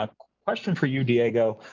um question for you, diego.